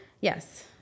Yes